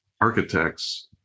architects